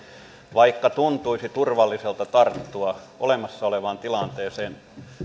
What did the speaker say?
vaikka tuntuisi turvalliselta tarttua olemassa olevaan tilanteeseen